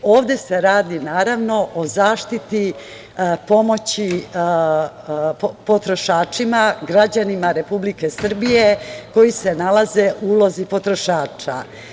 Ovde se radi, naravno, o zaštiti pomoći potrošačima, građanima Republike Srbije koji se nalaze u ulozi potrošača.